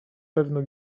pewno